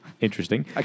Interesting